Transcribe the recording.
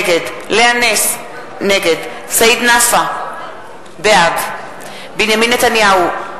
נגד לאה נס, נגד סעיד נפאע, בעד בנימין נתניהו,